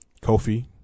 Kofi